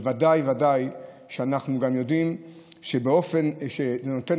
ודאי וודאי שאנחנו גם יודעים שזה נותן